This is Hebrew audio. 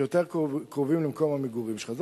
שיותר קרובים למקום המגורים שלך.